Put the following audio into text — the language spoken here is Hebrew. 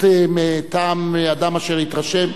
וכעדות מטעם אדם אשר התרשם,